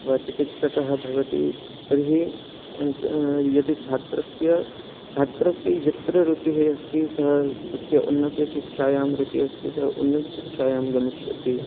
वा चिकित्सकः भवति तर्हि यदि छात्रस्य छात्रस्य यत्र रुचिः अस्ति सः तस्य उन्नतशिक्षायां रुचिः अस्ति सः उन्नतशिक्षायां गमिष्यति